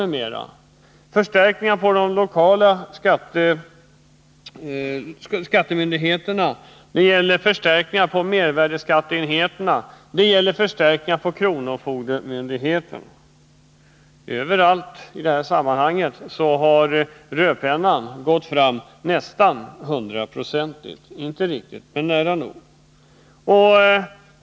Förslagen avser förstärkningar på de lokala skattemyndigheterna, mervärdesskatteenheterna och kronofogdemyndigheterna. I dessa sammanhang har rödpennan gått fram inte riktigt men nära nog 100 procentigt.